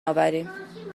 آوریم